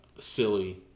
silly